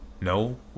No